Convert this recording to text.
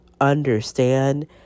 understand